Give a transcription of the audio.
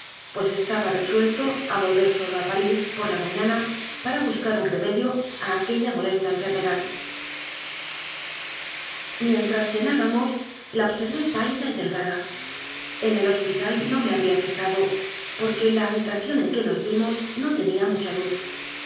pues esta ba resuelto a volver solo a parís por la mañapa para buscar un remedio a aquella molesta enfermedad mientras cenábamos la observé pálida y del gada en el hospital no me había fijado porque la habitación en que nos vimos no tenía mucha luz